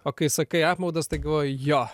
o kai sakai apmaudas tai galvoji jo